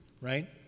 right